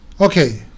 Okay